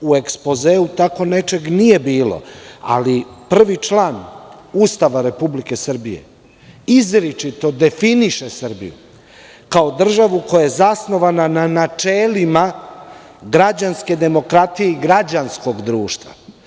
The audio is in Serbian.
U ekspozeu tako nečeg nije bilo, ali prvi član Ustava Republike Srbije izričito definiše Srbiju kao državu koja je zasnovana na načelima građanske demokratije i građanskog društva.